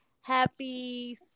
happy